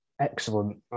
excellent